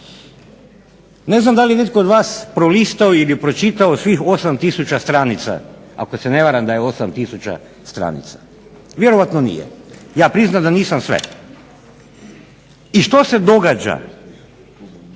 Ne znam da li je netko od vas prolistao ili pročitao svih 8 tisuća stranica, ako se ne varam da je 8 tisuća stranica, ja vjerujem da nije, ja priznam da nisam sve, i što se događa